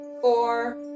four